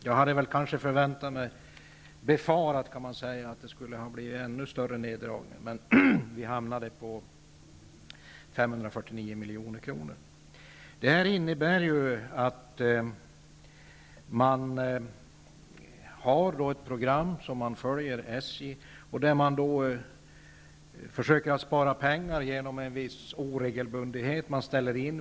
Jag hade befarat en ännu större neddragning, men beloppet hamnade på 549 milj.kr. Det finns ett program som SJ har att följa. SJ skall försöka spara pengar genom bl.a. en viss oregelbundenhet i trafiken.